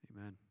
amen